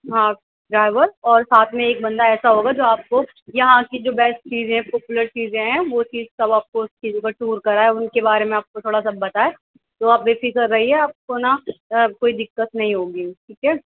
ہاں ڈرائیور اور ساتھ میں ایک بندہ ایسا ہوگا جو آپ کو یہاں کی جو بیسٹ چیزیں پاپولر چیزیں ہیں وہ چیز سب آپ كو ٹور كرائے اُن كے بارے میں تھوڑا سا بتائے تو آپ بے فِكر رہیے آپ كو نا كوئی دقت نہیں ہوگی ٹھیک ہے